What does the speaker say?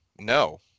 No